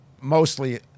mostly